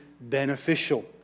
beneficial